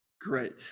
Great